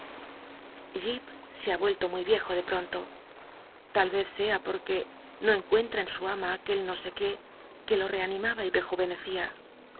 se ha vuollo muy riejo de pronto tal rcz sea porque no cncuentra en su ama aqu el no sé isla qué que lo rcanimaba y rejmenecia